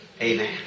Amen